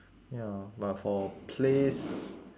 ya but for place